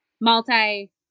multi